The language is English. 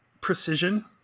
precision